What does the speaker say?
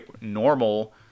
normal